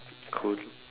cool